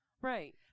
Right